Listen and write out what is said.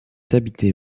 habitée